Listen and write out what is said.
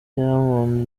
diamond